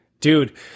Dude